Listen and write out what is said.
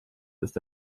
ist